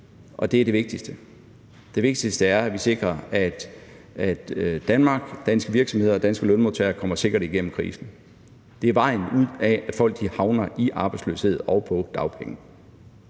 og det er det vigtigste. Det vigtigste er, at vi sikrer, at Danmark, danske virksomheder og danske lønmodtagere, kommer sikkert igennem krisen. Det er vejen ud af, at folk havner i arbejdsløshed og på dagpenge.